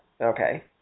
Okay